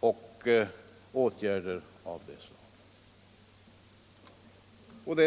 och åtgärder av det slaget.